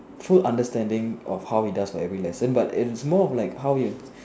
full understanding of how he does for every lesson but it is more of like how you